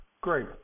Great